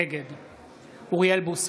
נגד אוריאל בוסו,